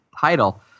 title